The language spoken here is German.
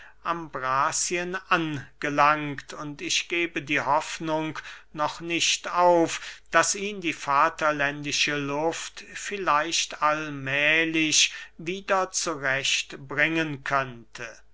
ambrazien angelangt und ich gebe die hoffnung noch nicht auf daß ihn die vaterländische luft vielleicht allmählich wieder zurecht bringen könnte